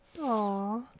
Aw